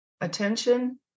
Attention